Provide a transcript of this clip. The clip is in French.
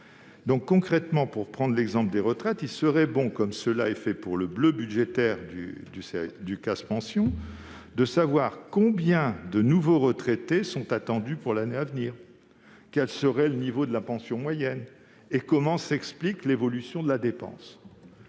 Concrètement, pour prendre l'exemple des retraites, il serait bon, comme cela est fait pour le bleu budgétaire du compte d'affectation spéciale « pensions », de savoir combien de nouveaux retraités sont attendus pour l'année à venir, quel serait le niveau de la pension moyenne et comment s'explique l'évolution de la dépense.